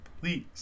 please